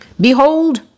Behold